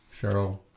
Cheryl